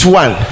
one